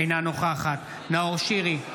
אינה נוכחת נאור שירי,